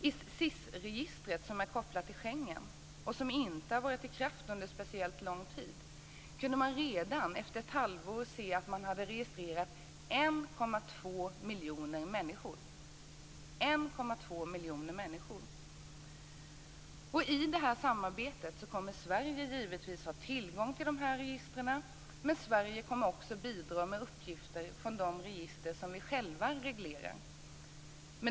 I SIS registret, som är kopplat till Schengen och som inte varit i kraft under speciellt lång tid, kunde man redan efter ett halvår se att man hade registrerat 1,2 miljoner människor. I det här samarbetet kommer Sverige givetvis att ha tillgång till de här registren. Men Sverige kommer också att bidra med uppgifter från de register som vi själva reglerar.